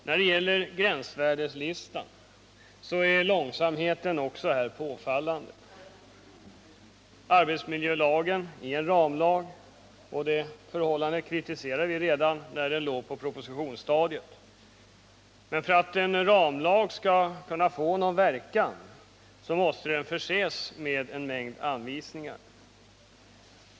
När det gäller gränsvärdeslistan är långsamheten också påfallande. Arbetsmiljölagen är en ramlag — och detta förhållande kritiserade vi redan när lagen låg på propositionsstadiet. För att en ramlag skall få någon verkan måste den förses med en mängd anvisningar.